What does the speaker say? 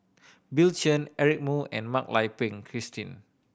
Bill Chen Eric Moo and Mak Lai Peng Christine